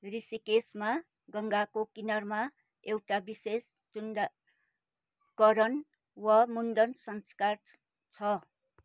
ऋषिकेशमा गङ्गाको किनारमा एउटा विशेष चूडाकरण वा मुण्डन संस्कार छ